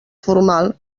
formal